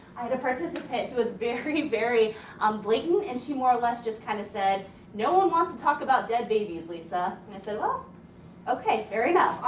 i had a participant who was very, very um blatant and she more or less just kind of said no one wants to talk about dead babies, lisa. and i said, well okay, fair enough.